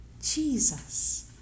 Jesus